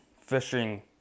fishing